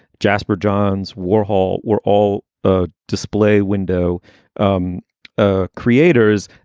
jasper, johns, warhol were all ah display window um ah creators,